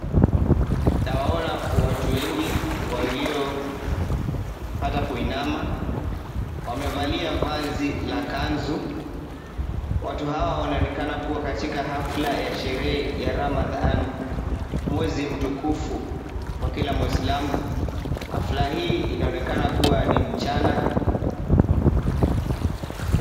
Nawaona watu wengi waliopata kuinama, wamevalia vazi la kanzu, watu hawa wanaonekana kuwa kwenye hafla ya sherehe ya Ramadhan mwezi mtukufu kwa kila Mwislamu. Hafla hii inaonekana kuwa ni mchana.